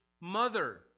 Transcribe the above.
mother